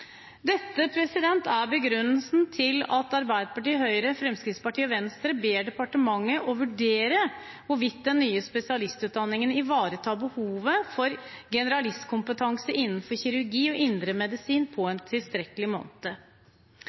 Dette er begrunnelsen for at Arbeiderpartiet, Høyre, Fremskrittspartiet og Venstre ber departementet om å vurdere hvorvidt den nye spesialistutdanningen ivaretar behovet for generalistkompetanse innenfor kirurgi og indremedisin på en tilstrekkelig